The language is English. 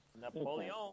Napoleon